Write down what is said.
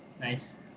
Nice